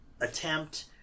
attempt